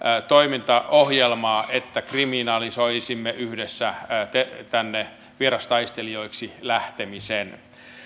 toimintaohjelmaa että kriminalisoisimme yhdessä vierastaistelijoiksi lähtemisen